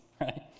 Right